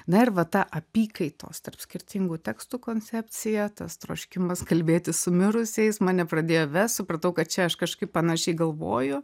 na ir va ta apykaitos tarp skirtingų tekstų koncepcija tas troškimas kalbėtis su mirusiais mane pradėjo vest supratau kad čia aš kažkaip panašiai galvoju